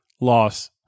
loss